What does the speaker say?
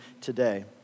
today